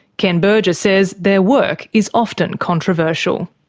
ken berger says their work is often controversial.